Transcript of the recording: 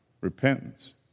repentance